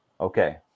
okay